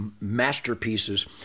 masterpieces